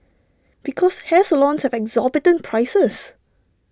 because hair salons have exorbitant prices